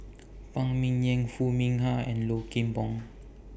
Phan Ming Yen Foo Mee Har and Low Kim Pong